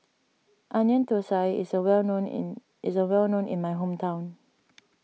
Onion Thosai is well known in is well known in my hometown